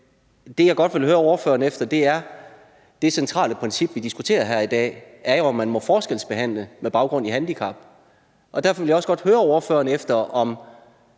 det, jeg godt vil høre ordføreren om, er det centrale princip, vi diskuterer her i dag, nemlig om man må forskelsbehandle med baggrund i handicap. Derfor vil jeg også godt høre ordføreren,